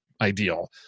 ideal